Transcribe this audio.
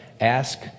Ask